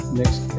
next